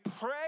pray